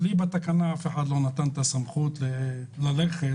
לי בתקנה אף אחד לא נתן סמכות לאשר בקשה כזו.